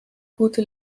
gute